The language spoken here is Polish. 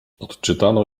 odczytano